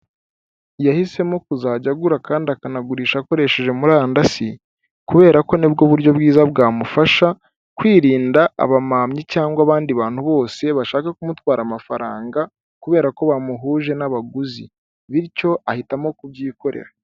Yahisemo kuzajya agura kandi akanagurisha akoresheje murandasi, kubera ko nibwo buryo bwiza bwamufasha kwirinda abamamyi, cyangwa abandi bantu bose bashaka kumutwara amafaranga kubera ko bamuhuje n'abaguzi, bityo ahitamo kubyikorera.